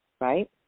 right